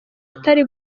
atari